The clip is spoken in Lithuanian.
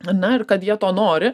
ar ne ir kad jie to nori